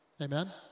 Amen